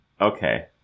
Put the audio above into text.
Okay